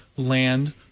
land